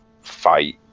fight